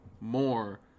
more